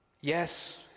Yes